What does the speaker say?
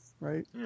Right